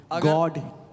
God